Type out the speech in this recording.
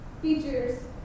features